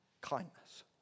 kindness